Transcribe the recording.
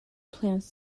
plans